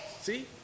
see